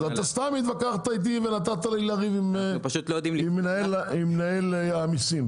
סתם התווכחת איתי ונתת לי לריב עם מנהל המיסים,